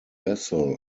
vessel